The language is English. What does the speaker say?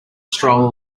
stroll